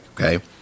Okay